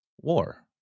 war